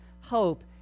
hope